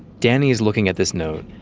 danny is looking at this note.